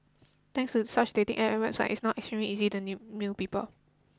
thanks to such dating App and websites it's now extremely easy to new new people